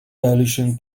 dilution